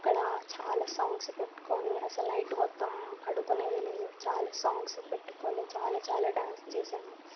అక్కడ చాలా సాంగ్స్ పెట్టుకుని అసలు నైట్ మొత్తం పడుకునేది లేదు చాలా సాంగ్స్ పెట్టుకుని చాలా చాలా డ్యాన్స్ చేశాము